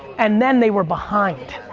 and then they were behind.